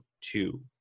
two